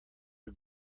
are